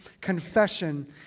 confession